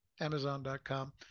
amazon.com